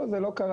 לא, זה לא קרה.